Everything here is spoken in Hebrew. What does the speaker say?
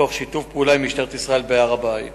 אבנים מהר-הבית